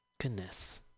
goodness